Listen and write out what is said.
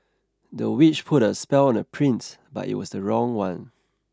the witch put a spell on the prince but it was the wrong one